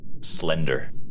Slender